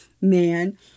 man